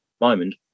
moment